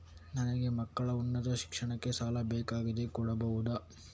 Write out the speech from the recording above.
ನನಗೆ ಮಕ್ಕಳ ಉನ್ನತ ಶಿಕ್ಷಣಕ್ಕೆ ಸಾಲ ಬೇಕಾಗಿದೆ ಕೊಡಬಹುದ?